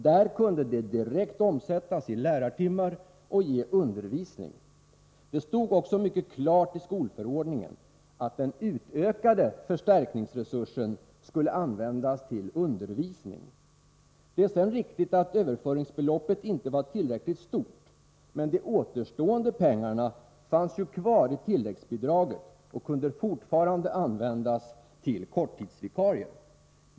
Där kunde pengarna di rekt omsättas i lärartimmar och ge undervisning. Det stod också mycket klart iskolförordningen att den utökade förstärkningsresursen skulle användas till undervisning. Det är riktigt att överföringsbeloppet inte var tillräckligt stort, men de återstående pengarna fanns kvar i tilläggsbidraget och kunde fortfarande användas till korttidsvikarier.